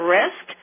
risk